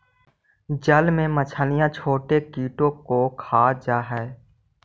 जल में मछलियां छोटे कीटों को खा जा हई